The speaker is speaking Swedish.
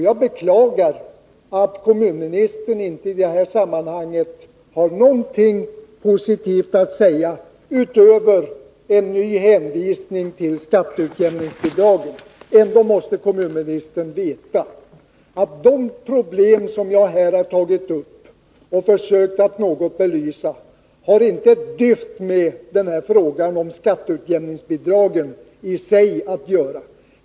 Jag beklagar att kommunministern i det här sammanhanget inte har någonting positivt att säga — utöver en ny hänvisning till skatteutjämningsbidragen. Ändå måste kommunministern veta att de problem som jag här har tagit upp och försökt att något belysa inte har ett dyft med frågan om skatteutjämningsbidrag i sig att göra.